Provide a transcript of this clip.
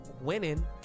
winning